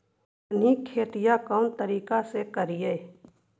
हमनी खेतीया कोन तरीका से करीय?